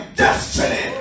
destiny